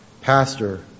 pastor